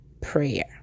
prayer